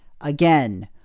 Again